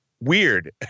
weird